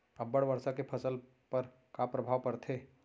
अब्बड़ वर्षा के फसल पर का प्रभाव परथे?